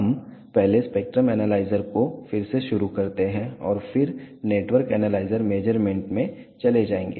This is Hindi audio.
हम पहले स्पेक्ट्रम एनालाइजर को फिर से शुरू करते हैं और फिर नेटवर्क एनालाइजर मेज़रमेंट में चले जाएंगे